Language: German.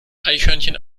eichhörnchen